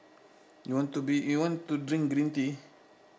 you want to be you want to drink green tea